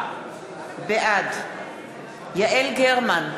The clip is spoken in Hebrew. בעד יעל גרמן,